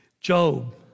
Job